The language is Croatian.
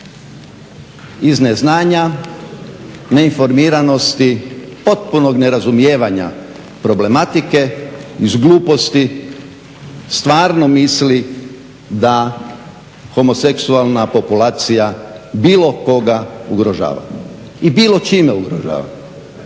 iz neznanja, neinformiranosti, potpunog nerazumijevanja problematike iz gluposti stvarno misli da homoseksualna populacija bilo koga ugrožava i bilo čime ugrožava.